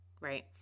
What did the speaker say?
right